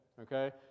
Okay